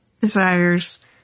desires